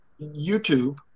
YouTube